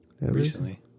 Recently